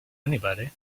anybody